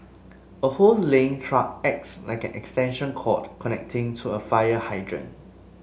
a hose laying truck acts like an extension cord connecting to a fire hydrant